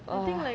!wah!